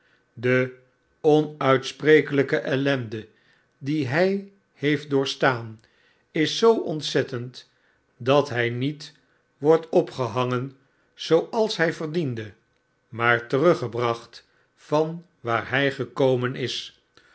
de onuitsprekelgke ellenae die hg heeft doorstaan is zoo ontzettend dat hg niet wordt opgehangen zooals hg verdiende maar teruggebracht van waar hg gekomen is